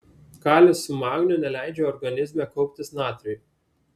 kalis su magniu neleidžia organizme kauptis natriui